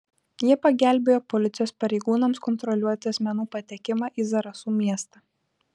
jie pagelbėjo policijos pareigūnams kontroliuoti asmenų patekimą į zarasų miestą